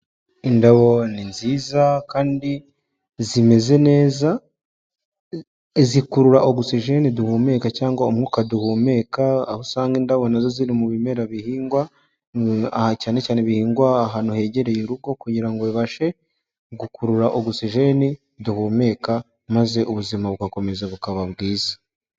Indabo ni nziza kandi zimeze neza. Zikurura oxygen duhumeka cyangwa umwuka duhumeka; aho usanga indabo na zo ziri mu bimera bihingwa, aha cyane cyane bihingwa ahantu hegereye urugo kugira ngo bibashe, gukurura oxygen duhumeka, maze ubuzima bugakomeza bukaba bwiza.